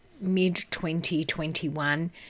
mid-2021